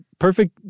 perfect